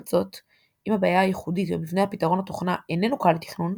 לעומת זאת אם הבעיה ייחודית ומבנה פתרון התוכנה איננו קל לתכנון,